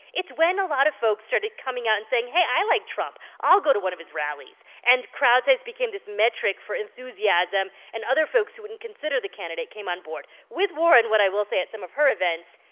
it's when a lot of folks started coming out and saying, hey, i like trump. i'll go to one of his rallies. and crowd size became this metric for enthusiasm, and other folks who wouldn't consider the candidate came on board. with warren, what i will say, at some of her events,